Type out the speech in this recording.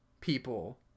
people